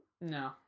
No